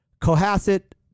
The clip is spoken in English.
Cohasset